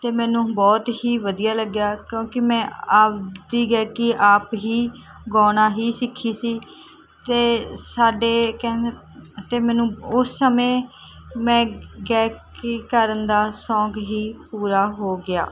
ਅਤੇ ਮੈਨੂੰ ਬਹੁਤ ਹੀ ਵਧੀਆ ਲੱਗਿਆ ਕਿਉਂਕਿ ਮੈਂ ਆਪਦੀ ਗਾਇਕੀ ਆਪ ਹੀ ਗਾਉਣਾ ਹੀ ਸਿੱਖੀ ਸੀ ਅਤੇ ਸਾਡੇ ਕਹਿੰਦੇ ਅਤੇ ਮੈਨੂੰ ਉਸ ਸਮੇਂ ਮੇਰਾ ਗਾਇਕੀ ਕਰਨ ਦਾ ਸ਼ੌਕ ਹੀ ਪੂਰਾ ਹੋ ਗਿਆ